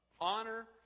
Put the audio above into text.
honor